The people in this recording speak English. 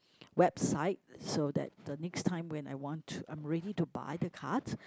website so that the next time when I want to I'm ready to buy the card